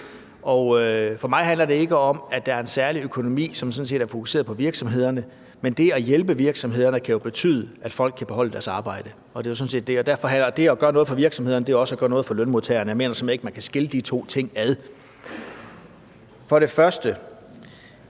for mig handler det ikke om, at der er en særlig økonomi, som sådan set er fokuseret på virksomhederne. Men det at hjælpe virksomhederne kan jo betyde, at folk kan beholde deres arbejde. Og det at gøre noget for virksomhederne er også at gøre noget for lønmodtagerne. Jeg mener simpelt hen ikke, at man kan skille de to ting ad. For det første: